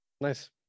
Nice